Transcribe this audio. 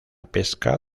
pesca